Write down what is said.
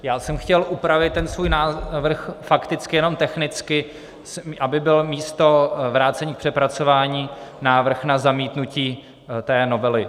Já jsem chtěl upravit ten svůj návrh fakticky jenom technicky, aby bylo místo vrácení k přepracování návrh na zamítnutí té novely.